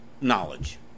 knowledge